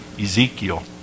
ezekiel